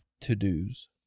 to-dos